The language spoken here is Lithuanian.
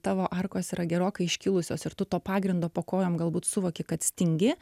tavo arkos yra gerokai iškilusios ir tu to pagrindo po kojom galbūt suvoki kad stingi